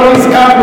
אנחנו לא נזקקנו,